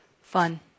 Fun